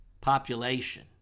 population